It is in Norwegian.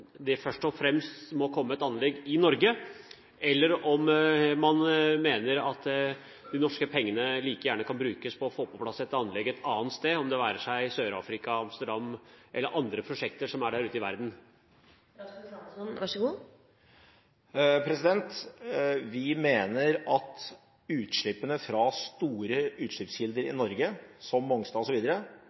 man mener at de norske pengene like gjerne kan brukes til å få på plass et anlegg et annet sted, det være seg i Sør-Afrika, Amsterdam eller i forbindelse med andre prosjekter der ute i verden. Vi mener at utslippene fra store utslippskilder i Norge, som Mongstad